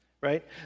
right